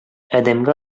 адәмгә